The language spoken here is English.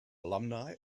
alumni